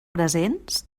presents